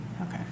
Okay